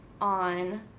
on